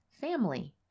family